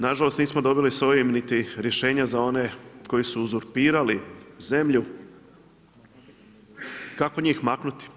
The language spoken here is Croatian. Nažalost nismo dobili s ovim niti rješenja za one koji su uzurpirali zemlju. kako njih maknuti?